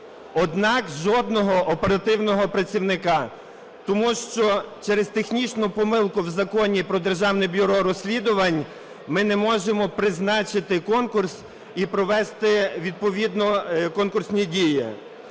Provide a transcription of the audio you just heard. однак жодного оперативного працівника. Тому що через технічну помилку в Законі "Про Державне бюро розслідувань" ми не можемо призначити конкурс і провести відповідні конкурсні дії.